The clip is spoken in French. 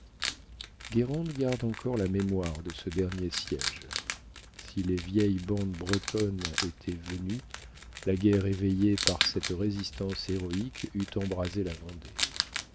garde encore la mémoire de ce dernier siége si les vieilles bandes bretonnes étaient venues la guerre éveillée par cette résistance héroïque eût embrasé la vendée